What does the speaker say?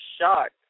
shocked